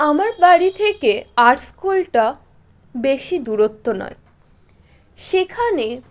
আমার বাড়ি থেকে আর্টস স্কুলটা বেশি দূরত্ব নয় সেইখানে